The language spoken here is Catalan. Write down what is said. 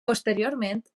posteriorment